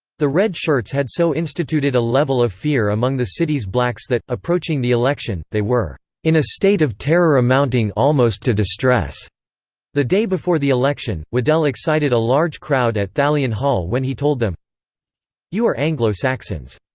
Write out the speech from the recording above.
the red shirts had so instituted a level of fear among the city's blacks that, approaching the election, they were in a state of terror amounting almost to distress the day before the election, waddell excited a large crowd at thalian hall when he told them you are anglo-saxons.